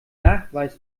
nachweis